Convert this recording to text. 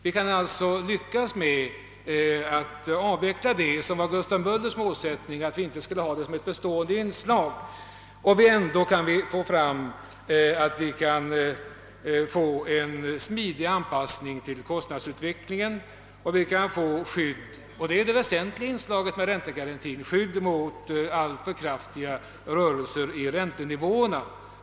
Vi kan härigenom också förverkliga Gustav Möllers tanke, att dessa subventioner inte skall vara ett bestående inslag i bostadspolitiken, och ändå åstadkomma en smidig anpassning till kostnadsutvecklingen samt — och det var den väsentliga avsikten med räntegarantin — ett skydd mot alltför kraftiga ändringar i räntenivån.